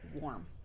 warm